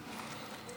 אדוני השר,